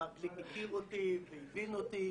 מר גליק מכיר אותי ושמע אותי.